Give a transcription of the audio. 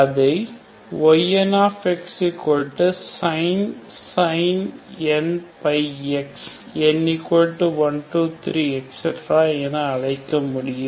அதை ynx sin nπx n123 என அழைக்க முடியும்